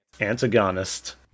antagonist